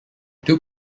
two